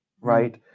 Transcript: right